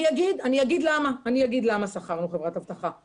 אני אגיד למה שכרנו חברת אבטחה.